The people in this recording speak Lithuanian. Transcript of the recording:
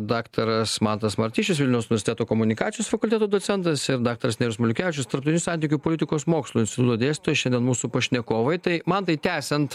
daktaras mantas martišius vilniaus uversteto komunikacijos fakulteto docentas daktaras nerijus maliukevičius tarptinių santykių politikos mokslų instituto dėstytojas šiandien mūsų pašnekovai tai mantai tęsiant